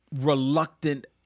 reluctant